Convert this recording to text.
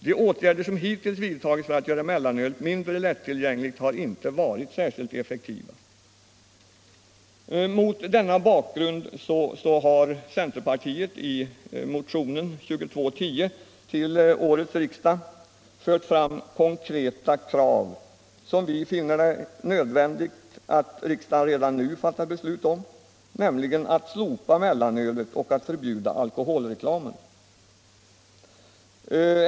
De åtgärder som hittills vidtagits för att göra mellanölet mindre lättillgängligt har inte varit särskilt effektiva. Mot denna bakgrund har centerpartiet i motionen 2210 till årets riksdag fört fram konkreta krav som vi finner det nödvändigt att riksdagen redan nu fattar beslut om, nämligen att slopa mellanölet och att förbjuda alkoholreklamen.